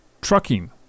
trucking